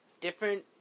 different